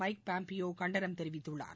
mic Pompeo கண்டனம் தெரிவித்துள்ளார்